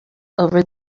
over